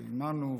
עימנו,